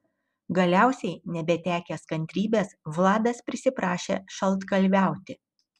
galiausiai nebetekęs kantrybės vladas prisiprašė šaltkalviauti